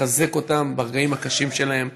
לחזק אותם ברגעים הקשים שלהם.